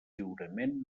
lliurament